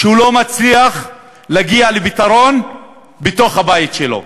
שהוא לא מצליח להגיע לפתרון בתוך הבית שלו.